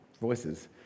voices